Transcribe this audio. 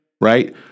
right